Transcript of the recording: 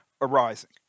arising